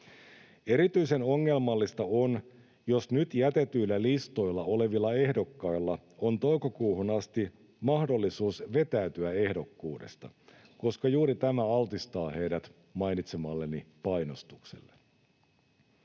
Erityisen ongelmallista on, jos nyt jätetyillä listoilla olevilla ehdokkailla on toukokuuhun asti mahdollisuus vetäytyä ehdokkuudesta, koska juuri tämä altistaa heidät mainitsemalleni painostukselle.